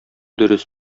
дөрес